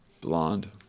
Blonde